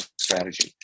Strategy